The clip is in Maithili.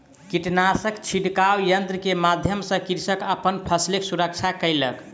कीटनाशक छिड़काव यन्त्र के माध्यम सॅ कृषक अपन फसिलक सुरक्षा केलक